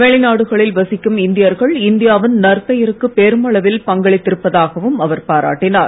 வெளிநாடுகளில் வசிக்கும் இந்தியர்கள் இந்தியா வின் நற்பெயருக்கு பெருமளவில் பங்களித்திருப்பதாகவும் அவர் பாராட்டினார்